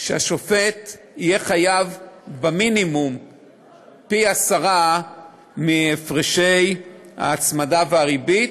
שהשופט יהיה חייב במינימום פי-10 מהפרשי ההצמדה והריבית.